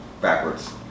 Backwards